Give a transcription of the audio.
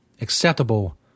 acceptable